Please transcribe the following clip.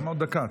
למה עוד דקה?